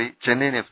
C Chennaiyin F